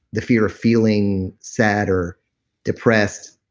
the fear of feeling sad or depressed,